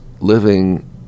living